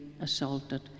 assaulted